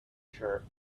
shirt